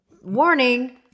warning